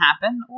happen